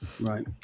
Right